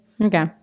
Okay